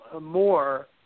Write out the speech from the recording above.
more